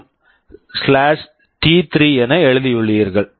M D three PWMD3 என எழுதியுள்ளீர்கள்